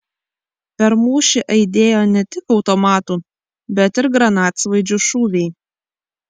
per mūšį aidėjo ne tik automatų bet ir granatsvaidžių šūviai